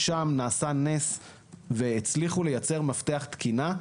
שם נעשה נס והצליחו לייצר מפתח תקינה,